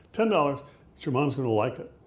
ten dollars that your mom's gonna like it.